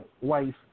wife